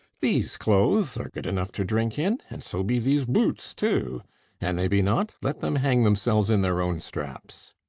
these clothes are good enough to drink in, and so be these boots too and they be not, let them hang themselves in their own straps.